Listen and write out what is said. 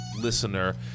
listener